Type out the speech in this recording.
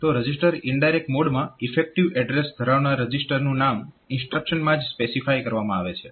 તો register indirect મોડમાં effective address ધરાવનાર રજીસ્ટરનું નામ ઇન્સ્ટ્રક્શનમાં જ સ્પેસિફાય કરવામાં આવે છે